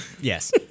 Yes